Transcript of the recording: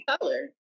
color